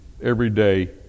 everyday